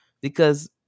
because-